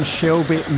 Shelby